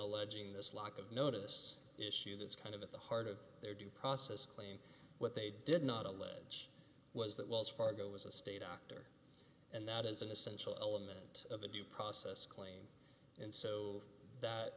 alleging this lack of notice issue that's kind of at the heart of their due process claim what they did not allege was that wells fargo is a state actor and that is an essential element of the due process claim and so that